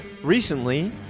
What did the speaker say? Recently